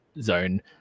zone